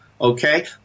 Okay